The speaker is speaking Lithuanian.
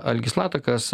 algis latakas